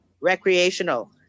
recreational